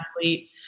athlete